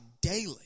daily